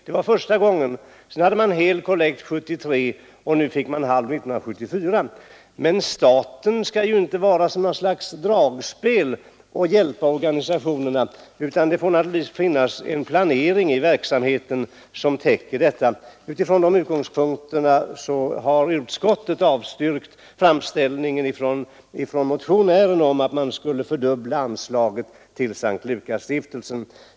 Sedan fick den hel kollekt 1973, och nu fick den halv 1974. Men staten skall ju inte vara något slags dragspel när det gäller hjälp till organisationerna, utan det måste naturligtvis finnas en planering för verksamheten. Utifrån de utgångspunkterna har utskottet avstyrkt framställningen från motionärerna om fördubbling av anslaget till S:t Lukasstiftelsen.